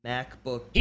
Macbook